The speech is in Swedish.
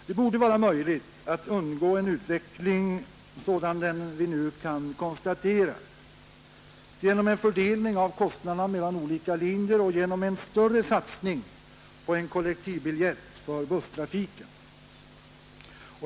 Det borde vara möjligt att undgå en sådan utveckling som vi nu kan konstatera genom en fördelning av kostnaderna mellan olika linjer och genom en större satsning på en kollektivbiljett för busstrafiken.